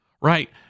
right